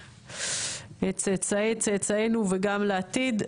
לצאצאי צאצאינו וגם לעתיד,